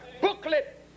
booklet